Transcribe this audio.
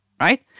right